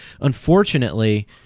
unfortunately